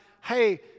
hey